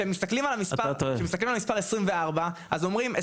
כשמסתכלים על המספר 24 אז אומרים,